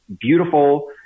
beautiful